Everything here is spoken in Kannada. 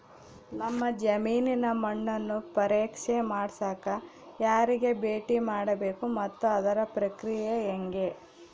ನಮ್ಮ ಜಮೇನಿನ ಮಣ್ಣನ್ನು ಪರೇಕ್ಷೆ ಮಾಡ್ಸಕ ಯಾರಿಗೆ ಭೇಟಿ ಮಾಡಬೇಕು ಮತ್ತು ಅದರ ಪ್ರಕ್ರಿಯೆ ಹೆಂಗೆ?